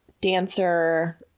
dancer